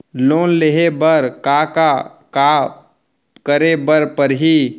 Loan लेहे बर का का का करे बर परहि?